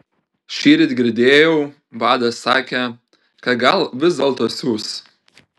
šįryt girdėjau vadas sakė kad gal vis dėlto siųs